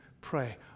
pray